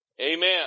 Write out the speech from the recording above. Amen